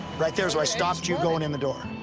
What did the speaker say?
right there's where i stopped you going in the door.